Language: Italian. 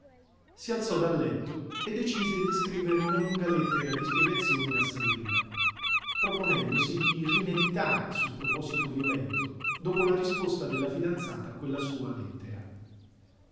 si alzò dal letto e decise di scrivere una lunga lettera di spiegazione a sandrina proponendosi di rimeditare sul proposito violento dopo la risposta della fidanzata a quella sua lettera